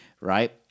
right